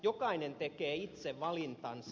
jokainen tekee itse valintansa